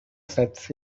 sets